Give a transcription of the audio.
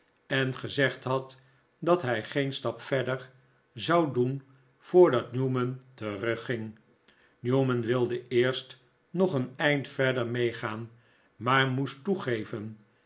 en gezegd had dat hij geen stap verder zou doen voordat newman terugging newman wilde eerst nog een eind verder meegaan maar moest toegevenj